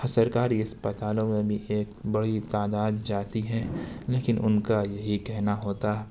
سرکاری اسپتالوں میں بھی ایک بڑی تعداد جاتی ہے لیکن ان کا یہی کہنا ہوتا